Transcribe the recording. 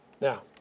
Now